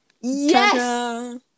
Yes